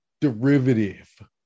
derivative